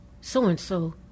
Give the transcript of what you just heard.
so-and-so